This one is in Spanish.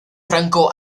franco